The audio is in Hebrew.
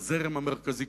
הזרם המרכזי.